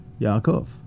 Yaakov